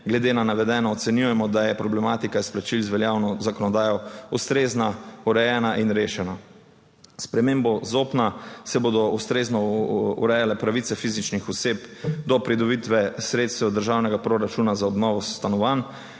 Glede na navedeno ocenjujemo, da je problematika izplačil z veljavno zakonodajo ustrezna, urejena in rešena. S spremembo ZOPNN se bodo ustrezno urejale pravice fizičnih oseb do pridobitve sredstev državnega proračuna za obnovo stanovanj,